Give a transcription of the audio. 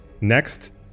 Next